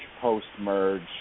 post-merge